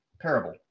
parable